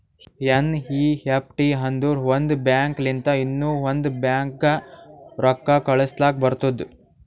NEFT ಅಂದುರ್ ಒಂದ್ bank ಲಿಂತ ಇನ್ನಾ ಒಂದ್ ಬ್ಯಾಂಕ್ಗ ರೊಕ್ಕಾ ಕಳುಸ್ಲಾಕ್ ಬರ್ತುದ್